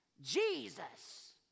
Jesus